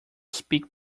speak